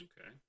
okay